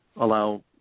allow